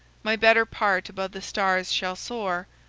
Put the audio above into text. my better part above the stars shall soar,